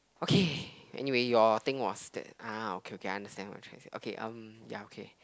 okay anyway your thing was that ah okay okay I understand what you trying to say okay um ya okay